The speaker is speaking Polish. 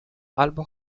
albo